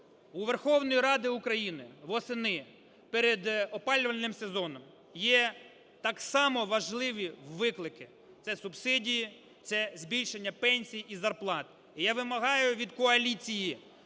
У Верховної Ради України восени, перед опалювальним сезоном, є так само важливі виклики – це субсидії, це збільшення пенсій і зарплат. Я вимагаю від коаліції